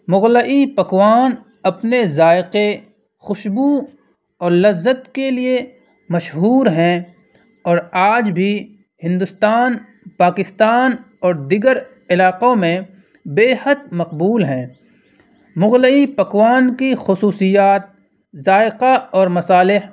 مغلئی پکوان اپنے ذائقے خوشبو اور لذت کے لیے مشہور ہیں اور آج بھی ہندوستان پاکستان اور دیگر علاقوں میں بے حد مقبول ہیں مغلئی پکوان کی خصوصیات ذائقہ اور مسالح